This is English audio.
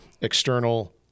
external